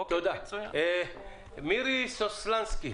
מירי סוסלנסקי